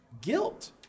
guilt